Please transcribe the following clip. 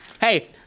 hey